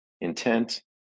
Intent